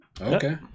Okay